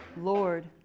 Lord